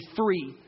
free